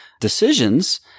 decisions